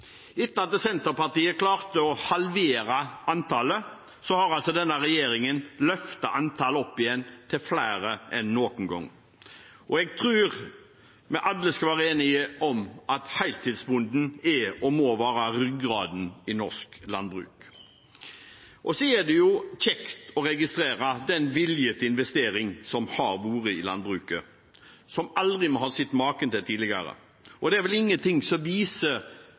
Etter at Senterpartiet klarte å halvere antallet, har denne regjeringen løftet antallet opp igjen – til flere enn noen gang. Jeg tror vi alle skal være enige om at heltidsbonden er og må være ryggraden i norsk landbruk. Da er det jo kjekt å registrere den viljen til investering i landbruket som vi aldri har sett maken til tidligere. Det er vel ingenting som viser